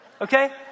Okay